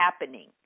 happening